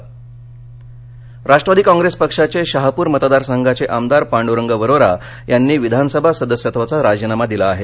Warora Rashtravadi Congress पक्षाचे शहापूर मतदार संघाचे आमदार पांड्रंग वरोरा यांनी विधानसभा सदस्यत्वाचा राजीनामा दिला आहे